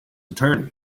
attorney